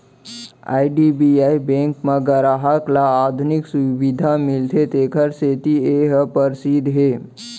IDBI bank म गराहक ल आधुनिक सुबिधा मिलथे तेखर सेती ए ह परसिद्ध हे